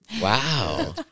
Wow